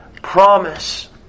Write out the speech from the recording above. promise